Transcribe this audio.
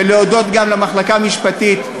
ולהודות גם למחלקה המשפטית,